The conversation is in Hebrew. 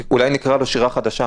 אולי נקרא לו שיר"ה חדשה.